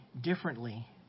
differently